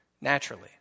naturally